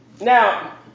Now